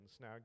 Now